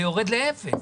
זה יורד לאפס.